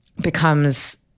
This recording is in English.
becomes